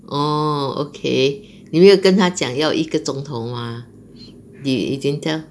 orh okay 你没有跟她讲要一个钟头 ah 你已经讲